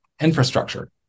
infrastructure